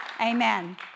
Amen